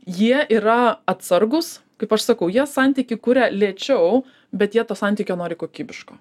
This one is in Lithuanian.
jie yra atsargūs kaip aš sakau jie santykį kuria lėčiau bet jie to santykio nori kokybiško